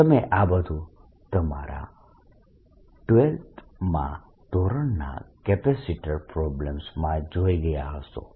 તમે આ બધુ તમારા 12 માં ધોરણના કેપેસિટર પ્રોબ્લમ્સમાં જોઈ ગયા હશો